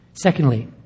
Secondly